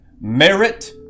Merit